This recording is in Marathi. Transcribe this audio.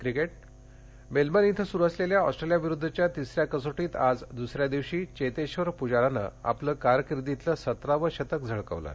क्रिकेट मेलबर्न इथं सुरू असलेल्या ऑस्ट्रेलियाविरुद्धच्या तिसऱ्या कसोटीत आज द्सऱ्या दिवशी चेतेश्वर पुजारानं आपलं कारकीर्दीतलं सतरावं शतक झळकवलं आहे